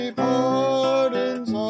pardons